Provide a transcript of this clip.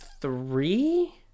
three